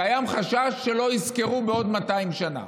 קיים חשש שלא יזכרו בעוד 200 שנה.